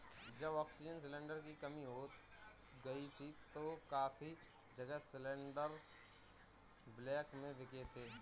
जब oxygen cylinder की कमी हो गई थी तो काफी जगह सिलेंडरस ब्लैक में बिके थे